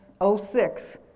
06